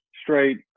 straight